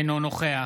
אינו נוכח